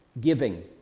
giving